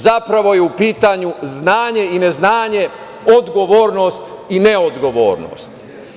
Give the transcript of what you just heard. Zapravo je u pitanju znanje i neznanje, odgovornost i neodgovornost.